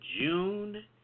June